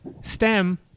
STEM